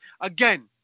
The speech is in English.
Again